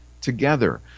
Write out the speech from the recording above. together